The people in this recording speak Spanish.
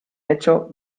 hecho